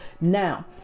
Now